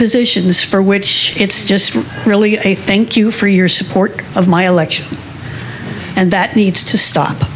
positions for which it's just really a thank you for your support of my election and that needs to stop